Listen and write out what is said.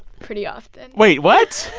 pretty often wait, what?